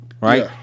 Right